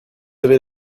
avez